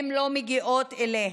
הן לא מגיעות אליהן.